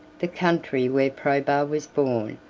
the country where probus was born,